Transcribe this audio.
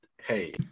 hey